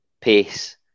pace